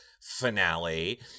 finale